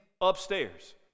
upstairs